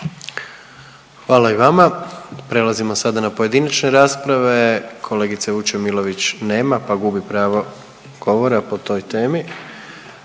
Hvala i vama. Prelazimo sada na pojedinačne rasprave, kolegice Vučemilović nema, pa gubi pravo govora po toj temi.